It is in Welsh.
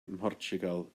mhortiwgal